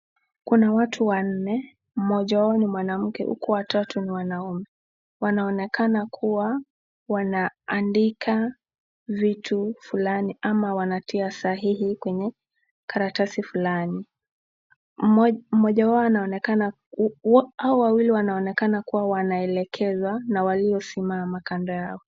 Kuna watu wanne, mmoja wao ni mwanamke huku wa tatu ni wanaume, wanaonekana kuwa wanaandika vitu fulani, ama wanatia sahihi kwenye karatasi fulani, mmoja wao ,hao wawili wanaonekana wakielekezwa na walio simama kando yao.